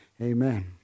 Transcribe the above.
Amen